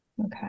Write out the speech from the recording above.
okay